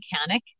mechanic